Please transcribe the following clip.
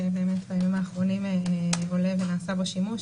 שבימים האחרונים עולה ונעשה בו שימוש.